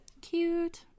Cute